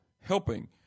helping